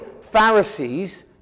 Pharisees